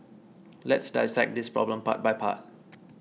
let's dissect this problem part by part